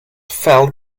fell